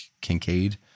Kincaid